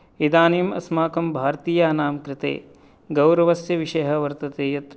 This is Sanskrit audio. इदानीम् अस्माकं भारतीयानां कृते गौरवस्य विषयः वर्तते यत्